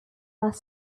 are